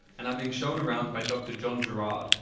and i'm being shown around by dr john gerrard,